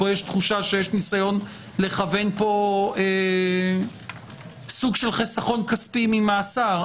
פה יש תחושה שיש ניסיון לכוון פה סוג של חיסכון כספי ממאסר.